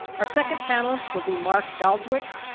our second panelist will be mark gaalswyk.